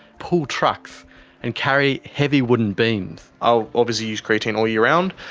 pull trucks and carry heavy wooden beams. i'll obviously use creatine all year round.